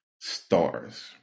stars